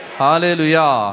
hallelujah